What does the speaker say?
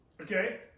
Okay